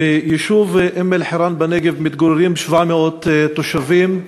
ביישוב אום-אלחיראן בנגב מתגוררים 700 תושבים,